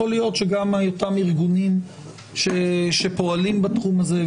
יכול להיות שגם אותם ארגונים שפועלים בתחום הזה,